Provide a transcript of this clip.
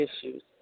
issues